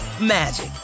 magic